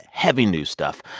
heavy news stuff.